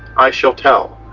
i shall tell.